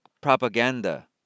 propaganda